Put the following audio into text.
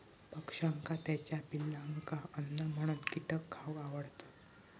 पक्ष्यांका त्याच्या पिलांका अन्न म्हणून कीटक खावक आवडतत